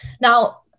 now